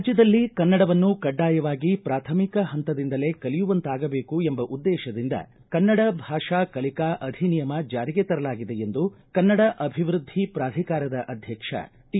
ರಾಜ್ಯದಲ್ಲಿ ಕನ್ನಡವನ್ನು ಕಡ್ಡಾಯವಾಗಿ ಪ್ರಾಥಮಿಕ ಪಂತದಿಂದಲೇ ಕಲಿಯುವಂತಾಗಬೇಕು ಎಂಬ ಉದ್ದೇಶದಿಂದ ಕನ್ನಡ ಭಾಷಾ ಕಲಿಕಾ ಅಧಿನಿಯಮ ಜಾರಿಗೆ ತರಲಾಗಿದೆ ಎಂದು ಕನ್ನಡ ಅಭಿವೃದ್ಧಿ ಪುಧಿಕಾರ ಅಧ್ಯಕ್ಷ ಟಿ